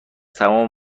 تمام